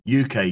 UK